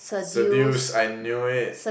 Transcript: seduce I knew it